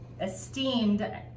esteemed